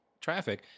traffic